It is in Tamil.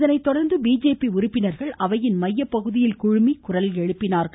இதனை தொடர்ந்து பிஜேபி உறுப்பினர்கள் அவையின் மையபகுதியில் குழுமி குரல் எழுப்பினார்கள்